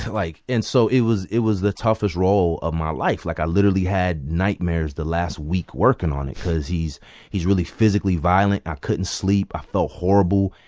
like and so it was it was the toughest role of my life. like, i literally had nightmares the last week working on it because he's he's really physically violent. i couldn't sleep. i felt horrible.